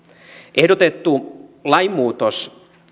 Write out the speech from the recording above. ehdotettu lainmuutos